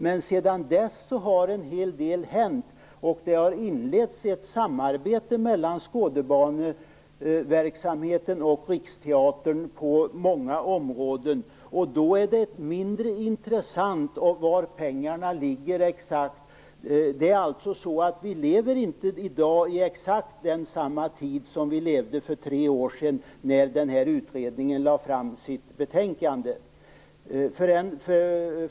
Men sedan dess har en hel del hänt, och ett samarbete har inletts mellan Skådebaneverksamheten och Riksteatern på många områden. Då blir det mindre intressant var exakt pengarna ligger. Vi lever alltså inte i dag i samma tid som vi levde i för tre år sedan, när utredningen lade fram sitt betänkande.